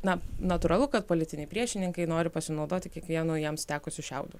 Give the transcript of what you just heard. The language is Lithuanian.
na natūralu kad politiniai priešininkai nori pasinaudoti kiekvienu jiems tekusiu šiaudu